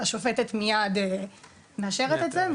והשופטת מייד מאשרת את זה,